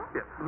Yes